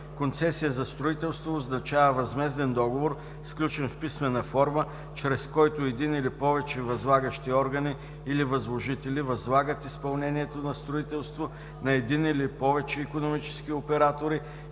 „Концесия за строителство“ означава възмезден договор, сключен в писмена форма, чрез който един или повече възлагащи органи или възложители възлагат изпълнението на строителство на един или повече икономически оператори,